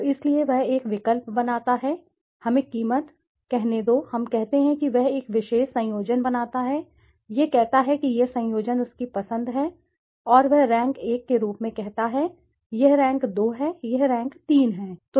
तो इसलिए वह एक विकल्प बनाता है हमें कीमत कहने दो हम कहते हैं कि वह एक विशेष संयोजन बनाता है यह कहता है कि यह संयोजन उसकी पसंद है और वह रैंक 1 के रूप में कहता है यह रैंक 2 है यह रैंक 3 है